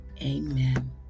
amen